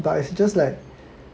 but it's just like